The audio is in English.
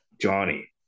johnny